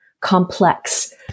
complex